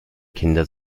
kinder